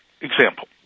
Example